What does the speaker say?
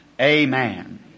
amen